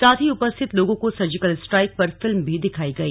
साथ ही उपस्थित लोगों को सर्जिकल स्ट्राइक पर फिल्म भी दिखाई गई